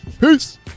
Peace